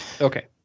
Okay